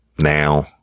now